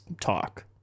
talk